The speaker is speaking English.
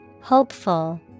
Hopeful